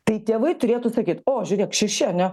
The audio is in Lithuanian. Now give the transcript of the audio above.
tai tėvai turėtų sakyti o žiūrėkšeši ar ne